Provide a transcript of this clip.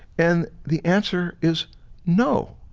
and the answer is no.